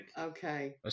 Okay